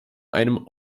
einem